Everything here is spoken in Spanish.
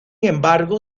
embargo